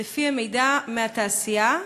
לפי המידע מהתעשייה?